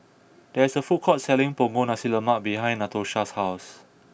there is a food court selling Punggol Nasi Lemak behind Natosha's house